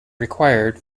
required